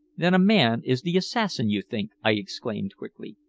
then a man is the assassin, you think? i exclaimed quickly.